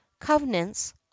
covenants